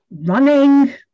running